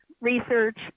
research